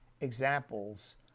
examples